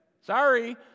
Sorry